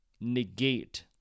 negate